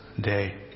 day